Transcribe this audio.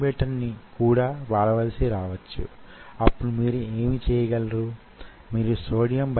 అయితే మీరిప్పుడు చేయగలిగేదేమిటి